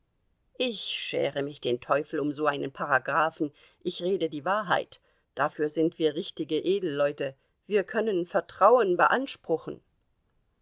ich schere mich den teufel um so einen paragraphen ich rede die wahrheit dafür sind wir richtige edelleute wir können vertrauen beanspruchen